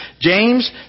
James